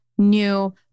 new